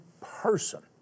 person